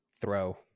throw